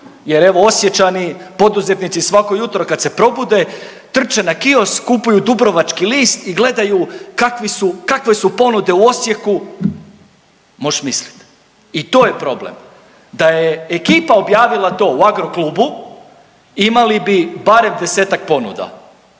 jer evo Osječani, poduzetnici svako jutro kad se probude, trče na kiosk, kupuju Dubrovački list i gledaju kakvi su, kakve su ponude u Osijeku, moš mislit i to je problem. Da je ekipa objavila to u Agroklubu imali bi barem 10-tak ponuda,